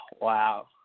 Wow